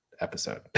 episode